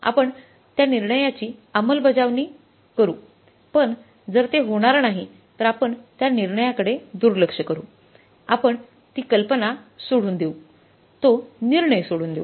आपण त्या निर्णयाची अंमलबजावणी करू पण जर ते होणार नाही तर आपण त्या निर्णयाकडे दुर्लक्ष करू आपण ती कल्पना सोडून देऊ तो निर्णय सोडून देऊ